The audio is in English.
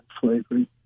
slavery